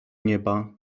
nieba